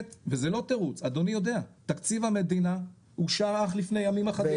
וזה לא תירוץ אני יודע תקציב המדינה אושר אך לפני ימים אחרים.